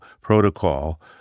Protocol